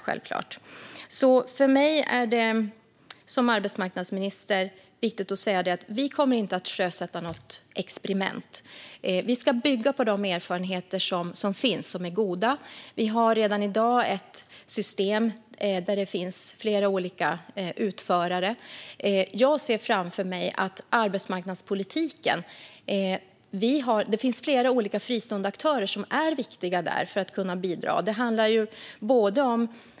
Som arbetsmarknadsminister är det viktigt för mig att säga att vi inte kommer att sjösätta något experiment. Vi ska bygga på de erfarenheter som finns och som är goda. Vi har redan i dag ett system där det finns flera olika utförare. Det finns flera olika fristående aktörer som är viktiga inom arbetsmarknadspolitiken.